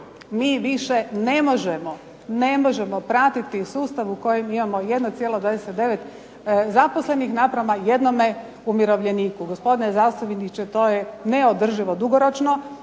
možemo, ne možemo pratiti sustav u kojem imamo 1,29 zaposlenih naprema 1 umirovljeniku. Gospodine zastupniče to je neodrživo dugoročno.